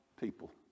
people